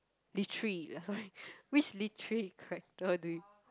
literary uh sorry which literary character do you